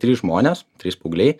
trys žmonės trys paaugliai